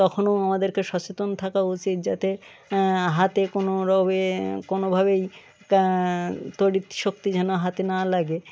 তখনও আমাদেরকে সচেতন থাকা উচিত যাতে হাতে কোনোরকমে কোনোভাবেই তা তড়িৎ শক্তি যেন হাতে না লাগে